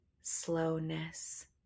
slowness